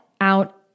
out